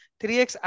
3x